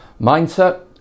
Mindset